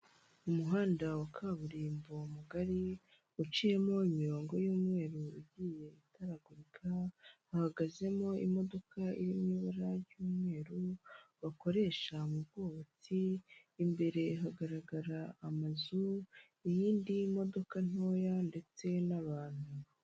Umuhanda wa kaburimbo mugari uciyemo imirongo y'umweru igiye itaragurika, hahagazemo imodoka iri mu ibara ry'umweru bakoresha mu bw'ubatsi, imbere hagaragara amazu, iyindi modoka ntoya ndetse n'abantu.